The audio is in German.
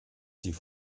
sie